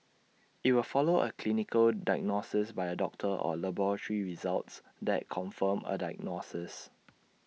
IT will follow A clinical diagnosis by A doctor or laboratory results that confirm A diagnosis